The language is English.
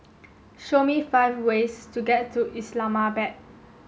show me five ways to get to Islamabad